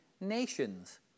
nations